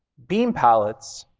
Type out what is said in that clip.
beam palettes,